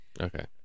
Okay